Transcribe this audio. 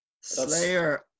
Slayer